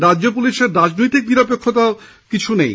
রাজ্য পুলিশের রাজনৈতিক নিরপেক্ষতা বলে কিচ্ছু নেই